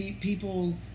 people